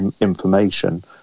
information